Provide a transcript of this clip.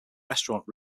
restaurant